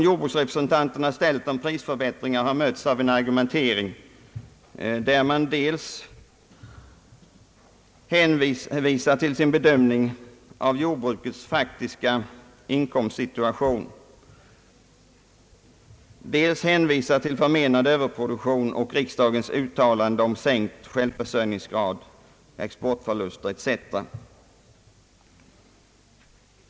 Jordbruksrepresentanternas krav på prisförbättringar har mötts av en argumentering, där man hänvisat dels till sin bedömning av jordbrukets faktiska inkomstsituation, dels till förmenad överproduktion och till riksdagens uttalande om sänkt självförsörjningsgrad, exportförluster etc.